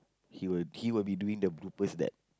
he will he will be doing the bloopers that